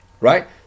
Right